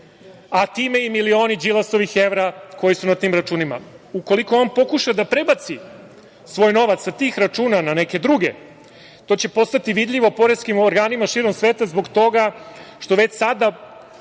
a time i milioni Đilasovih evra koji su na tim računima. Ukoliko on pokuša da prebaci svoj novac sa tih računa na neke druge, to će postati vidljivo poreskim organima širom sveta zbog toga što već sada